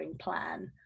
plan